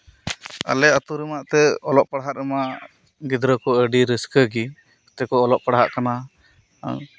ᱟᱞᱮ ᱟᱹᱛᱩ ᱨᱮᱢᱟ ᱛᱮ ᱚᱞᱚᱜ ᱯᱟᱲᱦᱟᱜ ᱨᱮᱢᱟ ᱜᱤᱫᱨᱟᱹᱠᱚ ᱟᱹᱰᱤ ᱨᱟᱹᱥᱠᱟᱹ ᱜᱮ ᱛᱮᱠᱚ ᱚᱞᱚᱜ ᱯᱟᱲᱦᱟᱜ ᱠᱟᱱᱟ